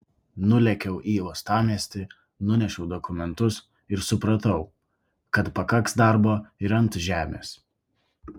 nulėkiau į uostamiestį nunešiau dokumentus ir supratau kad pakaks darbo ir ant žemės